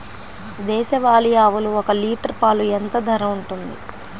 దేశవాలి ఆవులు ఒక్క లీటర్ పాలు ఎంత ధర ఉంటుంది?